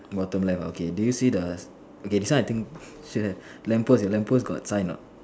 bottom left ah okay do you see the okay this one I think still have lamppost your lamppost got sign or not